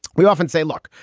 we often say, look,